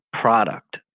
product